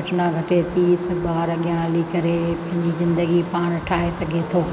घटना घटे थी त ॿार अॻिया हली करे पंहिंजी ज़िंदगी पाण ठाहे सघे थो